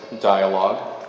dialogue